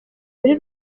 muri